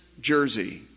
jersey